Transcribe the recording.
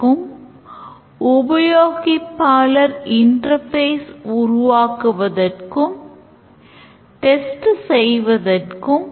எனவே இந்த வரைபடதில் பேராசிரியர் course offering ஐ பதிவு செய்கிறார்